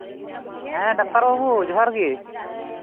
ᱦᱮᱸ ᱰᱟᱠᱛᱟᱨ ᱵᱟᱹᱵᱩ ᱡᱚᱸᱦᱟᱨ ᱜᱮ